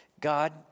God